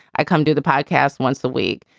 i come to the podcast once the week.